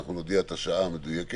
אנחנו נודיע את המועד המדויק לישיבה.